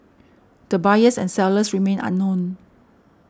the buyers and sellers remain unknown